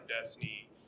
destiny